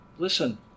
Listen